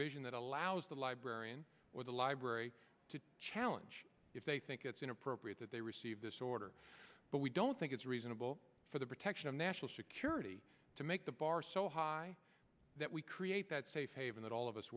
provision that allows the librarian or the library to challenge if they think it's inappropriate that they receive this order but we don't think it's reasonable for the protection of national security to make the bar so high that we create that safe haven that all of us